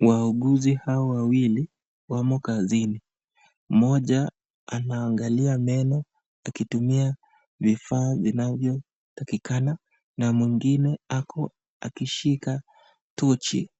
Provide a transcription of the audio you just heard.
Wauguzi hawa wawili wamo kazini mmoja anaangakia meno akitumia vifaa vinayofaa na mwengine anashika tochi